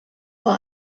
war